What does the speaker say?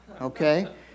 okay